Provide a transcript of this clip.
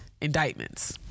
indictments